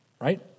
right